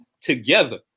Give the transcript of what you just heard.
together